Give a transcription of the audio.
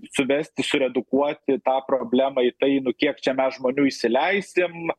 suvesti suredukuoti tą problemą į tai nu kiek čia mes žmonių įsileisim